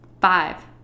Five